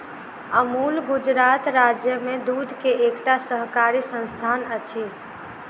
अमूल गुजरात राज्य में दूध के एकटा सहकारी संस्थान अछि